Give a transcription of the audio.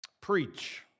preach